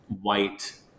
white